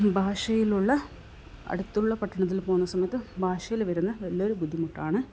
ഭാഷയിലുള്ള അടുത്തുള്ള പട്ടണത്തിൽ പോവുന്ന സമയത്ത് ഭാഷയിൽ വരുന്ന വലിയൊരു ബുദ്ധിമുട്ടാണ്